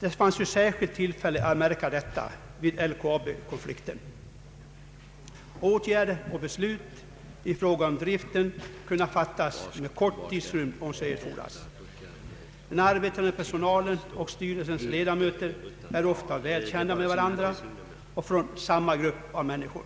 Det fanns särskilt tillfälle att lägga märke till detta vid LKAB-konflikten för snart ett år sedan. Åtgärder och beslut i fråga om driften kan fattas på kort tid om så erfordras. Den arbetande personalen och styrelsens ledamöter känner ofta varandra väl och tillhör samma grupp av människor.